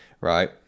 right